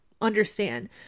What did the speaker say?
understand